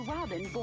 Robin